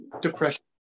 depression